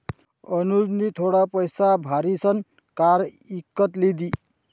अनुजनी थोडा पैसा भारीसन कार इकत लिदी